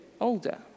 older